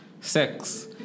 sex